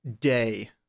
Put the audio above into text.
day